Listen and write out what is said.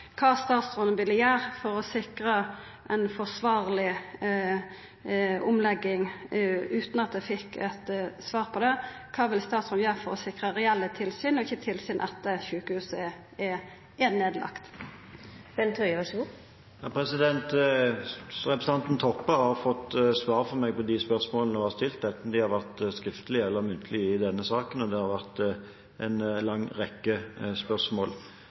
kva statsråden ville gjera for å sikra ei forsvarleg omlegging, utan at eg fekk eit svar på det. Kva vil statsråden gjera for å sikra reelle tilsyn – ikkje tilsyn etter at sjukehuset er nedlagt? Representanten Toppe har fått svar fra meg på de spørsmålene hun har stilt – enten de har vært stilt muntlig eller skriftlig – i denne saken, og det har vært en lang rekke spørsmål.